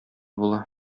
була